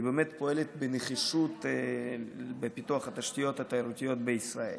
היא פועלת בנחישות בפיתוח התשתיות התיירותיות בישראל.